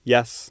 Yes